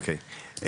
אוקי,